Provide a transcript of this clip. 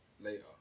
later